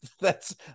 thats